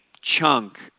chunk